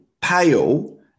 pale